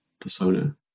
persona